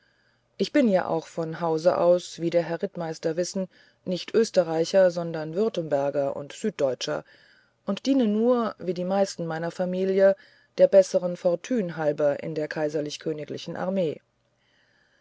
ich bin ja auch von hause aus wie der herr rittmeister wissen nicht österreicher sondern württemberger und süddeutscher und diene nur wie die meisten meiner familie der besseren fortüne halber in der k k armee